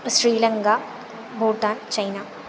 Sri Lanka Bhutan China